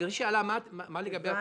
גבירתי שאלה מה לגבי --- הבנתי.